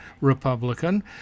Republican